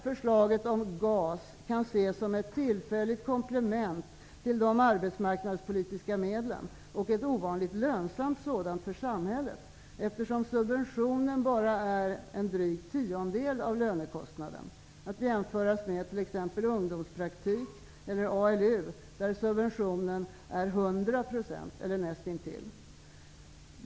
Förslaget om GAS kan ses som ett tillfälligt komplement till de arbetsmarknadspolitiska medlen och ett ovanligt lönsamt sådant för samhället, eftersom subventionen bara är en dryg tiondel av lönekostnaden -- att jämföras med t.ex. 100 % eller näst intill.